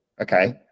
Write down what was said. okay